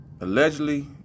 allegedly